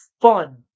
fun